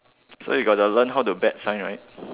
so you got the learn how to bet sign right